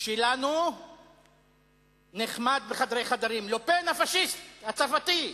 שלנו נחמד בחדרי חדרים, לה-פן, הפאשיסט הצרפתי.